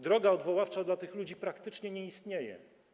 Droga odwoławcza dla tych ludzi praktycznie nie istnieje.